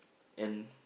and